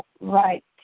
right